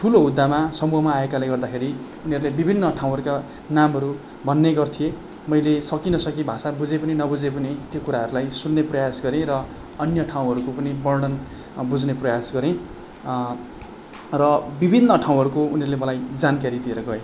ठुलो हुद्दामा समूहमा आएकाले गर्दाखेरि उनीहरूले विभिन्न ठाउँहरूका नामहरू भन्ने गर्थे मैले सकी नसकी भाषा बुझे पनि नबुझे पनि त्यो कुराहरूलाई सुन्ने प्रयास गरेँ र अन्य ठाउँहरूको पनि वर्णन बुझ्ने प्रयास गरेँ र विभिन्न ठाउँहरूको उनीहरूले मलाई जानकारी दिएर गए